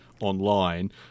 online